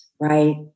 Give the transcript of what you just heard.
right